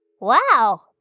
Wow